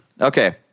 okay